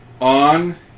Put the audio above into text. on